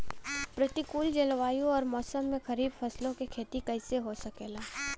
प्रतिकूल जलवायु अउर मौसम में खरीफ फसलों क खेती कइसे हो सकेला?